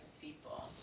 people